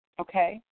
okay